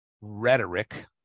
rhetoric